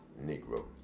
Negro